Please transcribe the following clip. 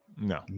No